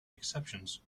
exceptions